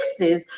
60s